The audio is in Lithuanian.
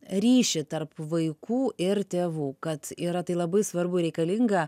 ryšį tarp vaikų ir tėvų kad yra tai labai svarbu ir reikalinga